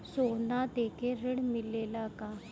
सोना देके ऋण मिलेला का?